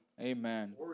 Amen